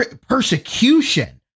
persecution